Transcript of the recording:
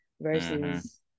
versus